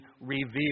revealed